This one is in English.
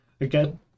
again